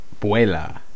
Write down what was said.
Buela